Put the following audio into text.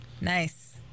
Nice